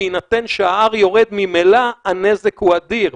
בהינתן שה-R יורד ממילא הנזק הוא אדיר.